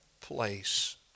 place